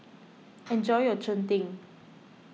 enjoy your Cheng Tng